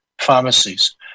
pharmacies